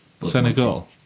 Senegal